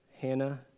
Hannah